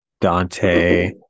Dante